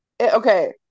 Okay